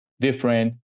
different